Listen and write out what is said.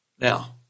Now